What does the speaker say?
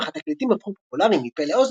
אך התקליטים הפכו פופולריים מפה לאוזן